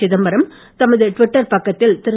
சிதம்பரம் தமது ட்விட்டர் பக்கத்தில் திரு